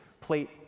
plate